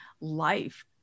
life